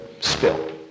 spill